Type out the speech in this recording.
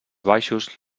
baixos